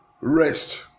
rest